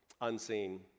unseen